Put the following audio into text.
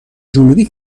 جنوبی